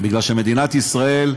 כי מדינת ישראל,